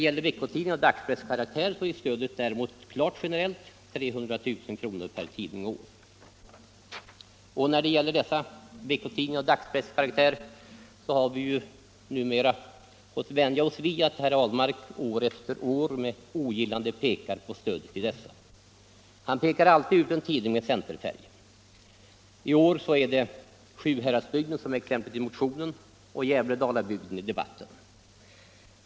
För veckotidningar av dagspresskaraktär är stödet däremot klart ge nerellt 300 000 kr. per tidning och år. När det gäller dessa tidningar har vi emellertid mera fått vänja oss vid att herr Ahlmark år efter år med ogillande pekar på stödet till dem. Han väljer då alltid ut en tidning med centerfärg. I år är det Sjuhäradsbygdens Tidning som är exemplet i motionen och Gävle-Dalabygden i debatten.